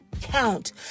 count